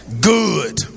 Good